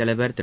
தலைவர் திரு